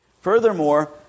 Furthermore